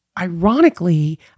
ironically